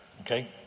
okay